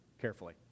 carefully